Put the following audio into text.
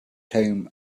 home